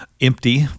empty